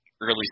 early